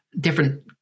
different